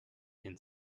and